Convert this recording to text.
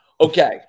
Okay